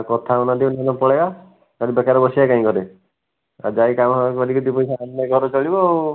କଥା ହଉନାହାନ୍ତି ନହେନେ ପଳାଇବା ଖାଲି ବେକାର ବସିବା କାହିଁକି ଘରେ ଆ ଯାଇକି କାମଧନ୍ଦା କରିକି ଦୁଇ ପଇସା ଆଣିଲେ ଘର ଚଳିବ ଆଉ